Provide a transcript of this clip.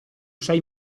sei